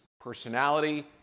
personality